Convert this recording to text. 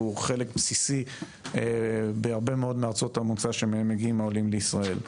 הוא חלק בסיסי בהרבה מאוד מארצות המוצא שמהם מגיעים העולים לישראל.